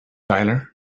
tyler